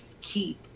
keep